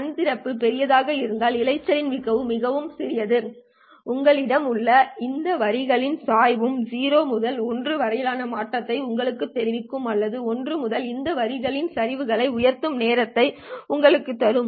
கண் திறப்பு பெரியதாக இருந்தால் இரைச்சலின் விளைவு மிகச் சிறியது உங்களிடம் உள்ள இந்த வரிகளின் சாய்வும் 0 முதல் 1 வரையிலான மாற்றத்தை உங்களுக்குத் தெரிவிக்கும் அல்லது 1 முதல் இந்த வரிகளின் சரிவுகளை உயர்த்தும் நேரத்தை உங்களுக்குத் தரும்